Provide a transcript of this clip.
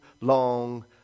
long